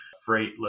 freight